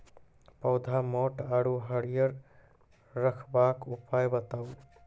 पौधा मोट आर हरियर रखबाक उपाय बताऊ?